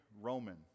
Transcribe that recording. Roman